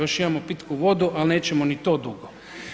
Još imamo pitku vodu, a nećemo ni to dugo.